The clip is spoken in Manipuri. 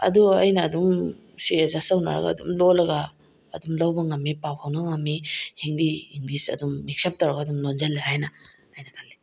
ꯑꯗꯣ ꯑꯩꯅ ꯑꯗꯨꯝ ꯁꯤ ꯑꯦꯠꯖꯁ ꯇꯧꯅꯔꯒ ꯑꯗꯨꯝ ꯂꯣꯜꯂꯒ ꯑꯗꯨꯝ ꯂꯧꯕ ꯉꯝꯃꯤ ꯄꯥꯎ ꯐꯥꯎꯅ ꯉꯝꯃꯤ ꯍꯤꯟꯗꯤ ꯏꯪꯂꯤꯁ ꯑꯗꯨꯝ ꯃꯤꯛꯁ ꯑꯞ ꯇꯧꯔꯒ ꯑꯗꯨꯝ ꯂꯣꯟꯖꯜꯂꯦ ꯍꯥꯏꯅ ꯑꯩꯅ ꯈꯜꯂꯤ